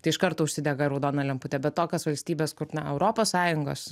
tai iš karto užsidega raudona lemputė bet tokios valstybės kur na europos sąjungos